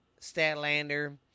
Statlander